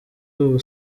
ubu